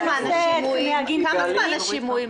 כמה זמן השימועים?